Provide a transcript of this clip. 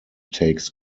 takes